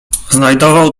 znajdował